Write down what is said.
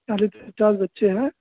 अरे ठीक ठाक बच्चे है